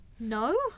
No